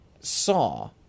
saw